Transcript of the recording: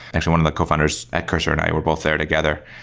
actually, one of the cofounders at cursor and i were both there together.